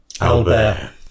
Albert